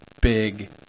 big